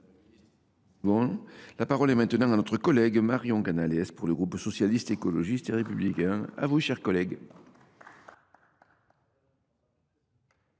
la parole est maintenant à notre collègue Marion Ganales pour le groupe socialiste, écologiste et républicain. À vous, chers collègues.